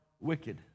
wicked